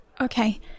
Okay